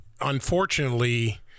unfortunately